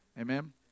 Amen